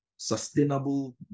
sustainable